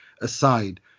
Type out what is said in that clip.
aside